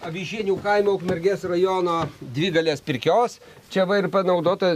avižienių kaimo ukmergės rajono didelės pirkios čia va ir panaudota